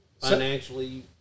Financially